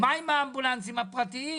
מה עם האמבולנסים הפרטיים.